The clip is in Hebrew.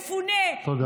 תודה.